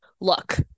look